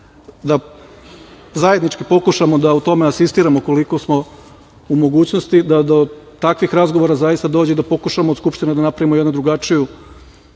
da zajednički pokušamo da o tome asistiramo koliko smo u mogućnosti da do takvih razgovora zaista dođe, da pokušamo da u Skupštini napravimo jednu drugačiju